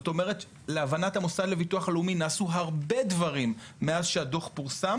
זאת אומרת להבנת המוסד לביטוח לאומי נעשן הרבה דברים מאז שהדוח פורסם